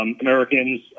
Americans